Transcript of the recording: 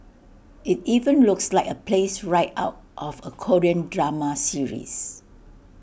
IT even looks like A place right out of A Korean drama series